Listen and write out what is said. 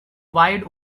wide